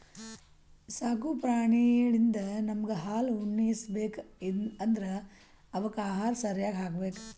ಸಾಕು ಪ್ರಾಣಿಳಿಂದ್ ನಮ್ಗ್ ಹಾಲ್ ಉಣ್ಣಿ ಸಿಗ್ಬೇಕ್ ಅಂದ್ರ ಅವಕ್ಕ್ ಆಹಾರ ಸರ್ಯಾಗ್ ಹಾಕ್ಬೇಕ್